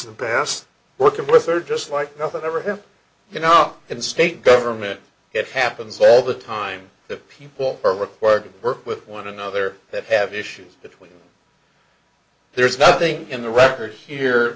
in the past working with her just like nothing ever here you know in state government it happens all the time that people are required to work with one another that have issues between there's nothing in the record here